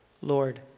Lord